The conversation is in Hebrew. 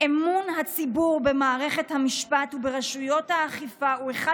אמון הציבור במערכת המשפט וברשויות האכיפה הוא אחד